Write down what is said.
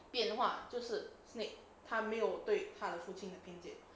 变化就是 snake 他没有对他的父亲有偏见